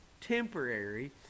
temporary